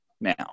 now